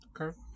okay